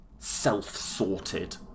self-sorted